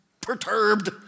perturbed